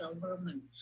government